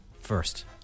First